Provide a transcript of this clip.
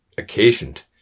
occasioned